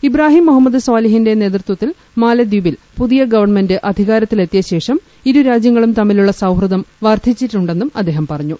ഇബ്രാഹീം മുഹമ്മദ് സോളിഹിന്റെ നേതൃത്വത്തിൽ മാലദ്വീപിൽ പുതിയ ഗവൺമെന്റ് അധികാരത്തിൽ എത്തിയശേഷം ഇരുരാജ്യങ്ങളും തമ്മിലുള്ള സൌഹൃദം വർദ്ധിച്ചിട്ടുണ്ടെന്നും അദ്ദേഹം പറഞ്ഞു